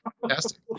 fantastic